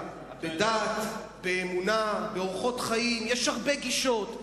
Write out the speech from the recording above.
בדת, באמונה, באורחות חיים, יש הרבה גישות.